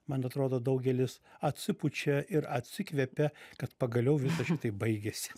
man atrodo daugelis atsipučia ir atsikvepia kad pagaliau viska šitai baigėsi